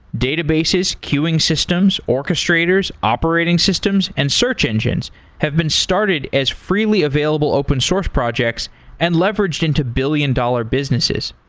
databases, queuing systems, orchestrators, operating systems and search engines have been started as freely available open source projects and leveraged into billion-dollar businesses.